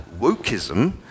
wokeism